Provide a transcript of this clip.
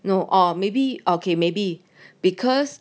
no or maybe okay maybe because